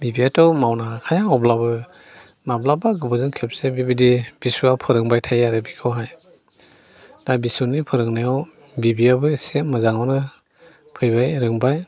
बिबैआथ' मावनो हाखाया अब्लाबो माब्लाबा गोबावजों खेबसे बेबायदि बिसौआ फोरोंबाय थायो आरो बिखौहाय दा बिसौनि फोरोंनायाव बिबैआबो इसे मोजांआवनो फैबाय रोंबाय